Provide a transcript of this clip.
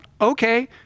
okay